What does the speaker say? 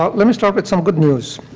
ah let me start with some good news.